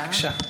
בבקשה.